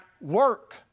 Work